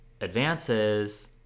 advances